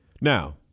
Now